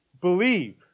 believe